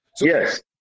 Yes